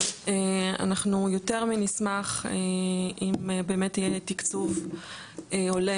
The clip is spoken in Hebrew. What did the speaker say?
אנחנו יותר מנשמח אם באמת יהיה תקצוב הולם